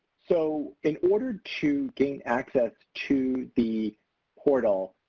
so in order to gain access to the portal,